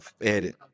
edit